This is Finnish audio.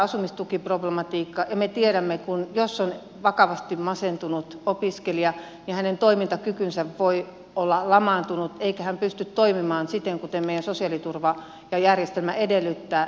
me tiedämme että jos on vakavasti masentunut opiskelija niin hänen toimintakykynsä voi olla lamaantunut eikä hän pysty toimimaan siten kuin meidän sosiaaliturvajärjestelmämme edellyttää